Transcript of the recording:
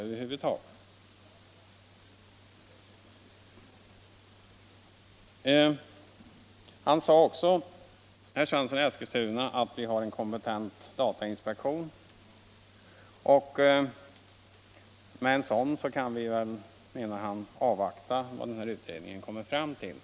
Herr Svensson 1 Eskilstuna sade också att vi har en kompentent datainspektion. Med en sådan kan vi, menade han, på alla punkter avvakta vad utredningen kommer fram till.